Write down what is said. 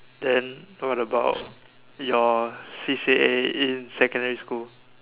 then what about your C_C_A in secondary school